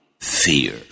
fear